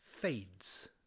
fades